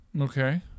Okay